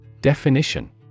Definition